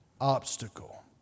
obstacle